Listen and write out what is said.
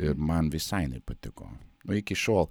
ir man visai nepatiko nu iki šiol